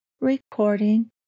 recording